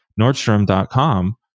Nordstrom.com